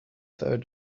third